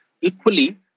Equally